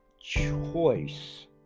choice